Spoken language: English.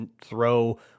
throw